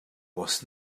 was